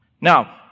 Now